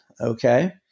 okay